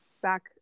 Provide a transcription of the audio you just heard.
back